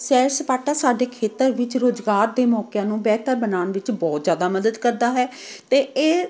ਸੈਰ ਸਪਾਟਾ ਸਾਡੇ ਖੇਤਰ ਵਿੱਚ ਰੁਜ਼ਗਾਰ ਦੇ ਮੌਕਿਆਂ ਨੂੰ ਬਿਹਤਰ ਬਣਾਉਣ ਵਿੱਚ ਬਹੁਤ ਜ਼ਿਆਦਾ ਮਦਦ ਕਰਦਾ ਹੈ ਅਤੇ ਇਹ